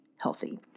healthy